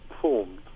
formed